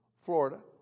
Florida